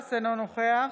אני מדבר אליך.